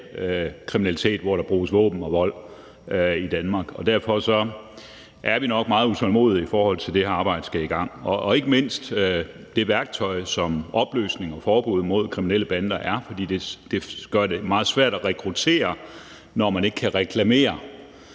kriminalitet, hvor der bruges våben og vold i Danmark. Derfor er vi meget utålmodige, i forhold til at det her arbejde skal i gang – ikke mindst det værktøj, som opløsning af og forbud mod kriminelle bander er. For det gør det meget svært at rekruttere, når man ikke kan reklamere